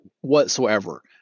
whatsoever